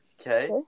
Okay